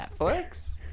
Netflix